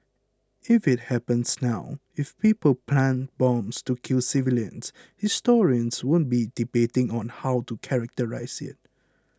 if it happens now if people plant bombs to kill civilians historians won't be debating on how to characterise it